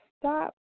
stop